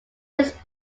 his